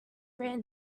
ran